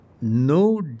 no